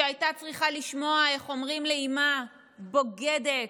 שהייתה צריכה לשמוע איך אומרים לאימא: בוגדת,